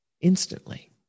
instantly